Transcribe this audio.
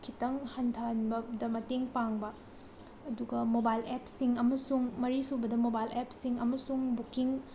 ꯈꯤꯇꯪ ꯍꯟꯊꯍꯟꯕꯗ ꯃꯇꯦꯡ ꯄꯥꯡꯕ ꯑꯗꯨꯒ ꯃꯣꯕꯥꯏꯜ ꯑꯦꯞꯁꯤꯡ ꯑꯃꯁꯨꯡ ꯃꯔꯤꯁꯨꯕꯗ ꯃꯣꯕꯥꯏꯜ ꯑꯦꯞꯁꯤꯡ ꯑꯃꯁꯨꯡ ꯕꯨꯛꯀꯤꯡ